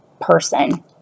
person